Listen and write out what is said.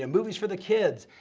and movies for the kids.